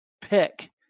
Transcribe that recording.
pick